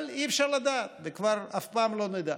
אבל אי-אפשר לדעת, וכבר אף פעם לא נדע.